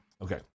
Okay